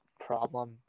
problem